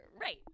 right